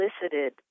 elicited